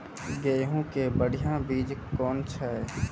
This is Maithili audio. गेहूँ के बढ़िया बीज कौन छ?